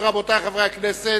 ובכן, רבותי חברי הכנסת,